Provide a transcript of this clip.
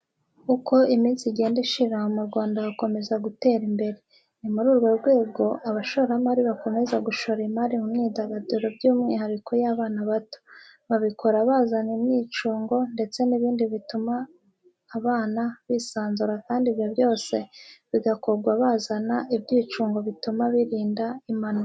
Uko iminsi igenda ishira, mu Rwanda hakomeza gutera imbere. Ni muri urwo rwego, abashoramari bakomeza gushora imari mu myidagaduro by'umwihariko y'abana bato. Babikora bazana ibyicungo, ndetse n'ibindi bintu bituma abana bisanzura kandi ibyo byose bigakorwa bazana ibyicungo bituma birinda impanuka.